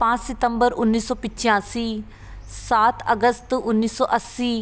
पाँच सितंबर उन्नीस सौ पिचासी सात अगस्त उन्नीस सौ अस्सी